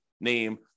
name